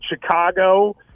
Chicago